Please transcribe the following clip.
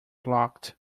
blocked